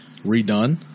redone